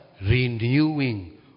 renewing